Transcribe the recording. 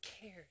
cared